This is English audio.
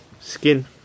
skin